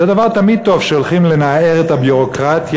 זה תמיד דבר טוב שהולכים לנער את הביורוקרטיה